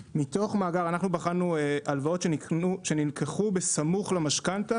ככל שאתה באזורי ביקוש, ההטבה יותר גדולה.